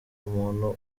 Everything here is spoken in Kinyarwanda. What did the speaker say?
umuntu